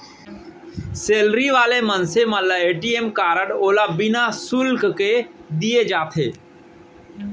salary वाला मनसे ल ए.टी.एम कारड ओला बिना सुल्क के दिये जाथे